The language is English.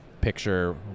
picture